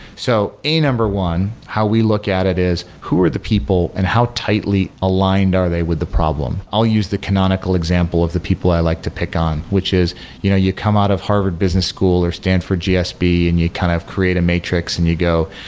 so a, number one, how we look at it is who are the people and how tightly aligned are they with the problem? i'll use the canonical example of the people i like to pick on, which is you know you come out of harvard business school or stanford gsb and you kind of create a matrix and you go,